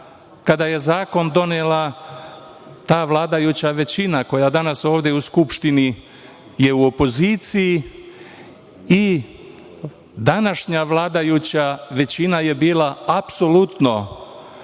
kada je zakon donela ta vladajuća većina, koja je danas ovde u Skupštini u opoziciji, i današnja vladajuća većina je bila apsolutno